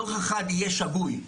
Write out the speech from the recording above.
דוח אחד יהיה שגוי,